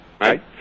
right